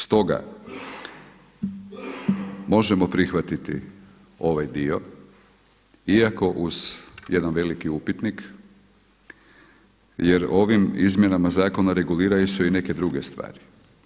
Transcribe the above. Stoga, možemo prihvatiti ovaj dio iako uz jedan veliki upitnik jer ovim izmjenama zakona reguliraju se i neke druge stvari.